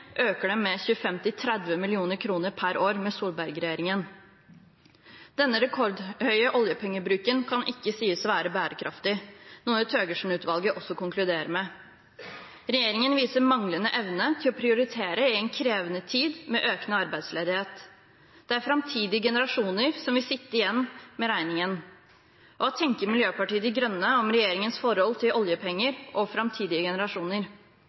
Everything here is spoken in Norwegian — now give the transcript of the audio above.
øker den med 25–30 mill. kr per år med Solberg-regjeringen. Denne rekordhøye oljepengebruken kan ikke sies å være bærekraftig, noe Thøgersen-utvalget også konkluderer med. Regjeringen viser manglende evne til å prioritere i en krevende tid med økende arbeidsledighet. Det er framtidige generasjoner som vil sitte igjen med regningen. Hva tenker Miljøpartiet De Grønne om regjeringens forhold til oljepenger og framtidige generasjoner?